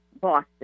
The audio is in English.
Boston